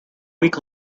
week